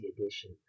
edition